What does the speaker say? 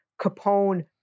Capone